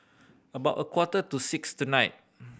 about a quarter to six tonight